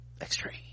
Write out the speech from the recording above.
extreme